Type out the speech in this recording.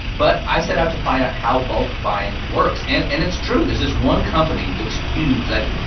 but i set out to find out how bulk buying works. and and it's true. there's this one company that's huge. like,